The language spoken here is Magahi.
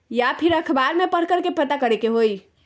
या फिर अखबार में पढ़कर के पता करे के होई?